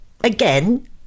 again